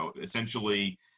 essentially